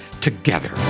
together